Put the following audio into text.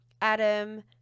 Adam